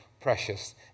precious